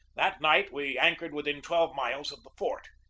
that night we anchored within twelve miles of the fort.